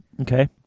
Okay